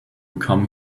come